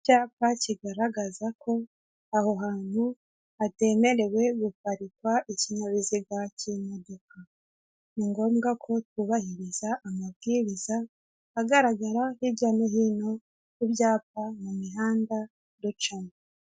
Icyapa kigaragaza ko aho hantu hatemerewe guparikwa ikinyabiziga cy'imodoka, ni ngombwa ko twubahiriza amabwiriza agaragara hirya no hino ku byapa mu mihanda ducamo.